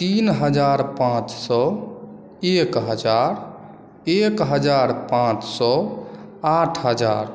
तीन हजार पाँच सए एक हजार एक हजार पाँच सए आठ हजार